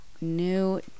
New